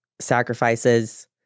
sacrifices